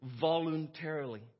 voluntarily